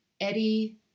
Eddie